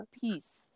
peace